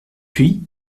puis